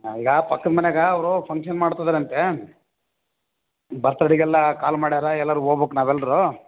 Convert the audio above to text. ಹಾಂ ಈಗ ಪಕ್ಕದ ಮನ್ಯಾಗ ಅವರು ಫಂಕ್ಷನ್ ಮಾಡ್ತಿದಾರಂತೆ ಬರ್ತಡೆಗೆಲ್ಲ ಕಾಲ್ ಮಾಡ್ಯರ ಎಲ್ಲರೂ ಹೋಬಕ್ ನಾವೆಲ್ಲರೂ